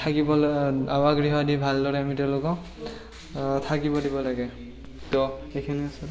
থাকিবলৈ আবাসগৃহ দি ভালদৰে আমি তেওঁলোকক থাকিব দিব লাগে তো সেইখিনি আছিলে